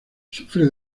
sufre